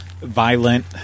violent